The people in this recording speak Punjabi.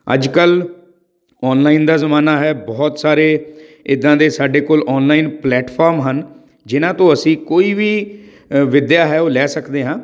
ਅੱਜ ਕੱਲ੍ਹ ਔਨਲਾਈਨ ਦਾ ਜ਼ਮਾਨਾ ਹੈ ਬਹੁਤ ਸਾਰੇ ਇੱਦਾਂ ਦੇ ਸਾਡੇ ਕੋਲ ਔਨਲਾਈਨ ਪਲੈਟਫੋਮ ਹਨ ਜਿਨ੍ਹਾਂ ਤੋਂ ਅਸੀਂ ਕੋਈ ਵੀ ਅ ਵਿੱਦਿਆ ਹੈ ਉਹ ਲੈ ਸਕਦੇ ਹਾਂ